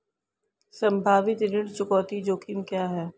संभावित ऋण चुकौती जोखिम क्या हैं?